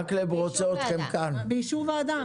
מדובר בצו באישור ועדה.